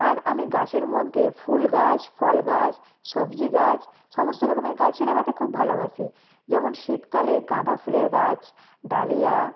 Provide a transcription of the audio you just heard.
আর আমি গাছের মধ্যে ফুল গাছ ফল গাছ সবজি গাছ সমস্ত রকমের গাছই লাগাতে খুব ভালোবাসি যেমন শীত কালে গাঁদা ফুলের গাছ ডালিয়া